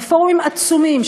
בפורומים עצומים,